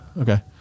Okay